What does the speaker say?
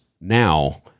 now